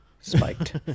spiked